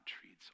treats